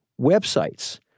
websites